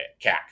CAC